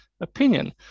opinion